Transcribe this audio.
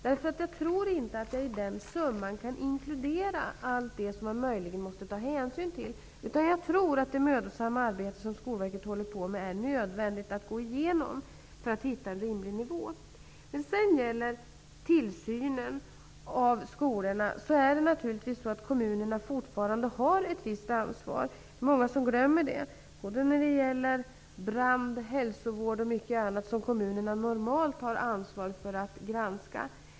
Jag tror nämligen inte att jag i den summan kan inkludera allt det som man möjligen måste ta hänsyn till, utan jag tror att det mödosamma arbete som Skolverket håller på med är nödvändigt att gå igenom för att vi skall hitta en rimlig nivå. Vad gäller tillsynen av skolorna är det naturligtvis så att kommunerna fortfarande har ett visst ansvar -- det är många som glömmer det. Det gäller brand, hälsovård och mycket annat som kommunerna normalt har ansvar för att granska.